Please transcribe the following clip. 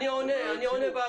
אני עונה באוויר.